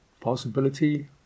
Possibility